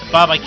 Bob